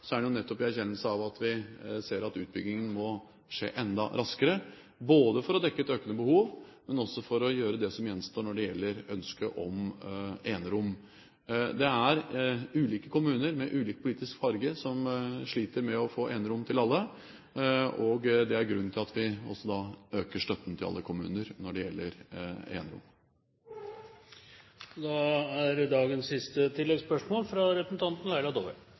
er det jo nettopp i erkjennelsen av at vi ser at utbyggingen må skje enda raskere både for å dekke et økende behov og for å gjøre det som gjenstår når det gjelder ønske om enerom. Ulike kommuner med ulik politisk farge sliter med å få enerom til alle, og det er også grunnen til at vi øker støtten til alle kommuner når det gjelder enerom. Laila Dåvøy – til siste